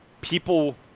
people